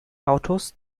autos